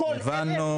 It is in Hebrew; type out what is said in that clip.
מכול המוזמנים,